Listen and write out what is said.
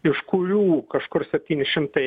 iš kurių kažkur septyni šimtai